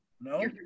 No